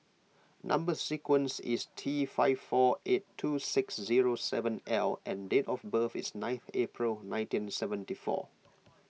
Number Sequence is T five four eight two six zero seven L and date of birth is ninth April nineteen seventy four